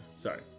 Sorry